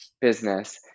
business